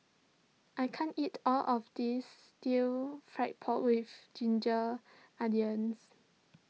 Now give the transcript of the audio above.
I can't eat all of this Stir Fried Pork with Ginger Onions